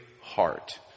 heart